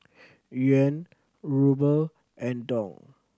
Yuan Ruble and Dong